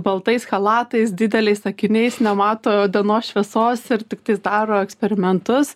baltais chalatais dideliais akiniais nemato dienos šviesos ir tiktais daro eksperimentus